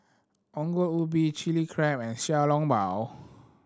Ongol Ubi Chilli Crab and Xiao Long Bao